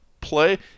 play